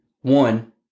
one